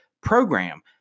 program